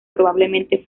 probablemente